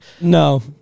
No